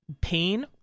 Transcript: pain